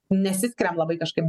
nesiskiriam labai kažkaip